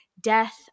death